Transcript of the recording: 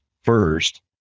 first